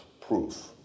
proof